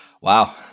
wow